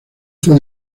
fue